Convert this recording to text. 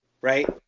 right